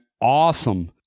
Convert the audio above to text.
awesome